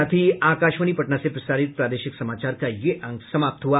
इसके साथ ही आकाशवाणी पटना से प्रसारित प्रादेशिक समाचार का ये अंक समाप्त हुआ